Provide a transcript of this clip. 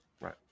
right